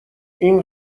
این